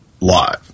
live